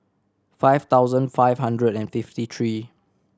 five thousand five hundred and fifty three